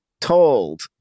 told